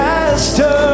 Master